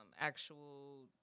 actual